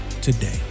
today